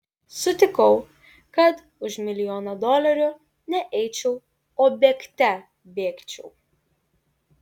sutikau kad už milijoną dolerių ne eičiau o bėgte bėgčiau